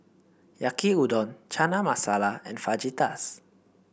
Yaki Udon Chana Masala and Fajitas